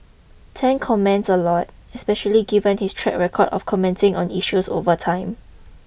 Tan comments a lot especially given his track record of commenting on issues over time